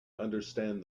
understand